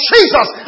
Jesus